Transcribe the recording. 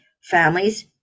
families